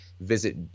visit